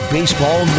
Baseball